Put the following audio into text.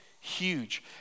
huge